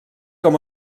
com